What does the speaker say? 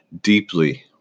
deeply